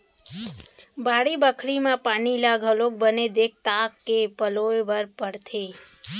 बाड़ी बखरी म पानी ल घलौ बने देख ताक के पलोय बर परथे